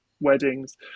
weddings